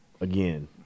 again